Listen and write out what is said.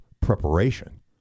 preparation